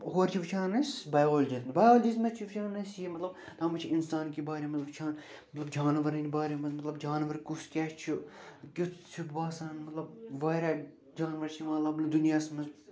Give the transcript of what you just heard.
ہورٕ چھِ وٕچھان أسۍ بیالجِس منٛز بیالجِیس منٛز چھِ وٕچھان أسۍ یہِ مطلب تتھ منٛز چھِ اِنسان کے بارے منٛز مطلب جانورٕن بارے منٛز مطلب جانور کُس کیٛاہ چھُ کیُتھ چھُ باسان مطلب وارِیاہ جانور چھِ یِوان لبنہٕ دُنیاہس منٛز